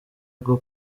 bwo